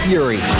Fury